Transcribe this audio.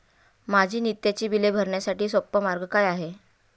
माझी नित्याची बिले भरण्यासाठी सोपा मार्ग काय आहे?